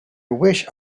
wished